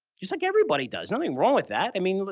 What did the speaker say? just like everybody does. nothing wrong with that. i mean, like